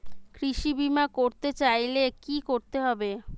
কৃষি বিমা করতে চাইলে কি করতে হবে?